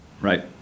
Right